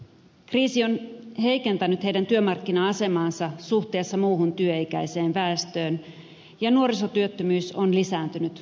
kriisi on heikentänyt heidän työmarkkina asemaansa suhteessa muuhun työikäiseen väestöön ja nuorisotyöttömyys on lisääntynyt huolestuttavasti